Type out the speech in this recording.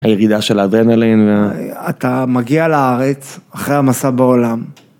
הירידה של האדרנלין, אתה מגיע לארץ אחרי המסע בעולם.